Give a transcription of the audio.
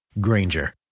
Granger